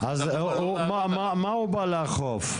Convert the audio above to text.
אז מה הוא בא לאכוף?